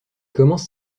commence